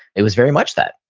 it was very much that.